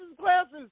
glasses